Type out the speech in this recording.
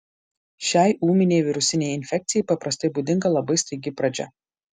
šiai ūminei virusinei infekcijai paprastai būdinga labai staigi pradžia